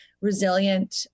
resilient